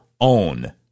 own